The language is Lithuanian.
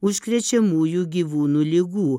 užkrečiamųjų gyvūnų ligų